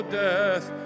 death